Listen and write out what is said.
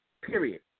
Period